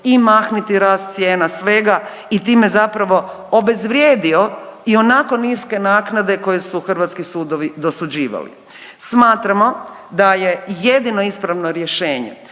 i mahniti rast cijena svega i time zapravo obezvrijedio i onako niske naknade koje su hrvatski sudovi dosuđivali. Smatramo da je jedno ispravno rješenje